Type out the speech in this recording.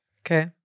Okay